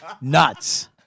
nuts